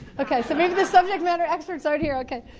okay, so maybe the subject matter experts aren't here. okay.